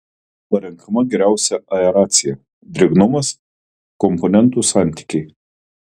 parenkama geriausia aeracija drėgnumas komponentų santykiai